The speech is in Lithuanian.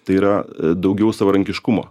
tai yra daugiau savarankiškumo